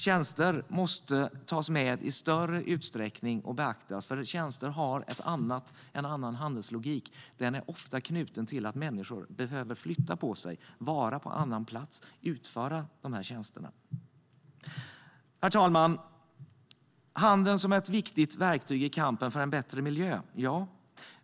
Tjänster måste tas med i större utsträckning och beaktas. Tjänster har en annan handelslogik. De är ofta knutna till att människor behöver flytta på sig och vara på annan plats och utföra tjänsterna. Herr talman! Handeln är ett viktigt verktyg i kampen för en bättre miljö.